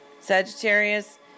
Sagittarius